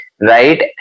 Right